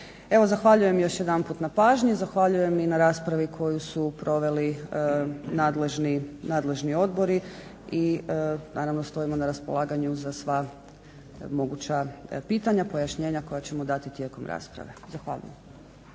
Evo zahvaljujem još jedanput na pažnji, zahvaljujem i na raspravi koju su proveli nadležni odbori i naravno stojim vam na raspolaganju za sva moguća pitanja, pojašnjenja koja ćemo dati tijekom rasprave. Zahvaljujem.